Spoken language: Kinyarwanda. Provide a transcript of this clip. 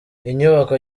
inyubako